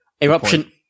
Eruption